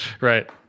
right